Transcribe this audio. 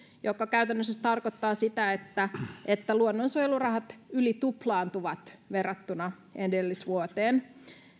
joka käytännössä tarkoittaa sitä että että luonnonsuojelurahat yli tuplaantuvat verrattuna edellisvuoteen